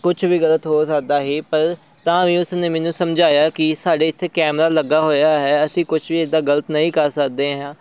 ਕੁਛ ਵੀ ਗਲਤ ਹੋ ਸਕਦਾ ਸੀ ਪਰ ਤਾਂ ਵੀ ਉਸ ਨੇ ਮੈਨੂੰ ਸਮਝਾਇਆ ਕਿ ਸਾਡੇ ਇੱਥੇ ਕੈਮਰਾ ਲੱਗਿਆ ਹੋਇਆ ਹੈ ਅਸੀਂ ਕੁਛ ਵੀ ਇੱਦਾਂ ਗਲਤ ਨਹੀਂ ਕਰ ਸਕਦੇ ਹਾਂ